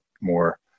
more